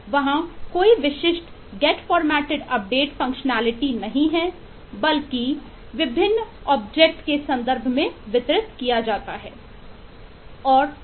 वहाँ कोई विशिष्ट गेट फॉर्मेटेड अपडेट फंक्शनैलिटी के संदर्भ में वितरित किया जाता है